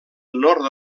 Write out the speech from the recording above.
nord